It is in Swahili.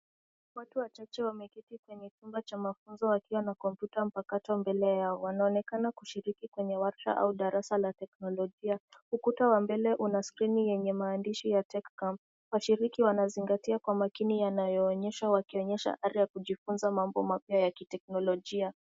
Watu wachache wameketi kwenye chumba cha mafunzo wakiwa na kompyuta mpakato mbele yao. Wanaonekana kushiriki kwenye warsha au darasa la teknolojia. Ukuta wa mbele una skrini yenye maandishi ya Tech Camp . Washiriki wanazingatia kwa makini yanayoonyeshwa wakionyesha ari ya kujifunza mambo mapya ya kiteknolojia.